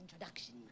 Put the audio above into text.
introduction